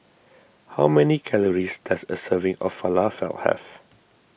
how many calories does a serving of Falafel have